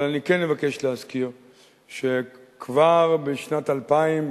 אבל אני כן אבקש להזכיר שכבר בשנת 2000,